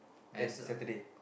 and Saturday